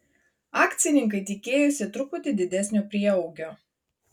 akcininkai tikėjosi truputį didesnio prieaugio